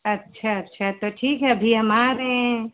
अच्छा अच्छा तो ठीक है अभी हम आ रहे हैं